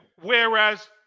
whereas